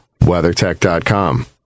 WeatherTech.com